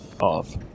off